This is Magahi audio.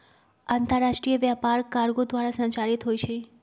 अंतरराष्ट्रीय व्यापार कार्गो द्वारा संचालित होइ छइ